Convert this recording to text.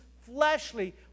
fleshly